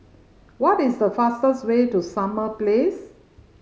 what is the fastest way to Summer Place